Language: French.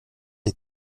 les